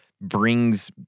brings